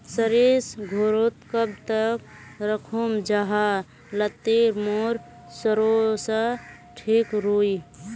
सरिस घोरोत कब तक राखुम जाहा लात्तिर मोर सरोसा ठिक रुई?